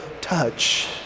touch